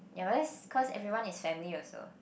ya but that's cause everyone is family also